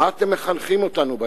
מה אתם מחנכים אותנו ביהדות?